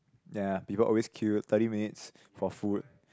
ya people always queue thirty minutes for food